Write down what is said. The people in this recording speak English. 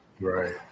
Right